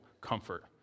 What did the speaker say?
comfort